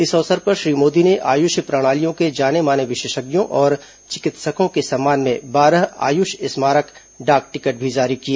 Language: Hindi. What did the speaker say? इस अवसर पर श्री मोदी ने आयुष प्रणालियों के जाने माने विशेषज्ञों और चिकित्सकों के सम्मान में बारह आयुष स्मारक डाक टिकट भी जारी किए